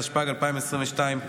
התשפ"ג 2022,